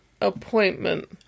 Appointment